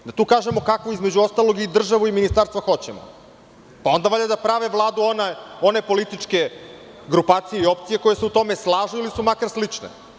Da tu kažemo kakvu između ostalog i državu i ministarstvo hoćemo, pa onda valjda da prave vladu one političke grupacije i opcije koje se u tome slažu, ili su makar slične.